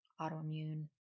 autoimmune